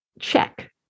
check